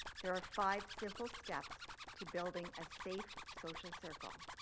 there are five simple steps to building a safe social circle.